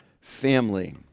family